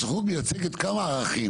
הסוכנות מייצגת כמה ערכים.